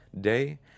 day